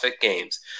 Games